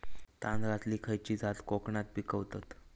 तांदलतली खयची जात कोकणात पिकवतत?